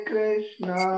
Krishna